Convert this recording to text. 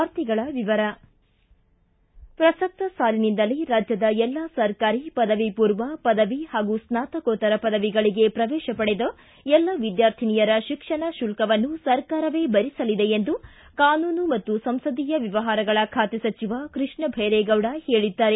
ವಾರ್ತೆಗಳ ವಿವರ ಪ್ರಸಕ್ತ ಸಾಲಿನಿಂದಲೇ ರಾಜ್ಯದ ಎಲ್ಲ ಸರ್ಕಾರಿ ಪದವಿ ಪೂರ್ವ ಪದವಿ ಹಾಗೂ ಸ್ನಾತಕೋತ್ತರ ಪದವಿಗಳಿಗೆ ಪ್ರವೇಶ ಪಡೆದ ಎಲ್ಲ ವಿದ್ಯಾರ್ಥಿನಿಯರ ಶಿಕ್ಷಣ ಶುಲ್ಕವನ್ನು ಸರ್ಕಾರವೇ ಭರಿಸಲಿದೆ ಎಂದು ಕಾನೂನು ಮತ್ತು ಸಂಸದೀಯ ವ್ಯವಹಾರಗಳ ಖಾತೆ ಸಚಿವ ಕೃಷ್ಣ ಬೈರೇಗೌಡ ಹೇಳಿದ್ದಾರೆ